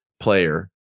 Player